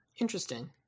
Interesting